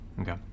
Okay